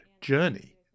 journey